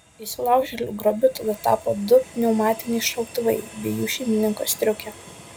įsilaužėlių grobiu tada tapo du pneumatiniai šautuvai bei jų šeimininko striukė